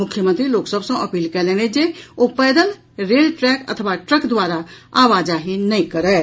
मुख्यमंत्री लोक सभ सॅ अपील कयलनि अछि जे ओ पैदल रेल ट्रैक आ ट्रक द्वारा आवाजाही नहि करथि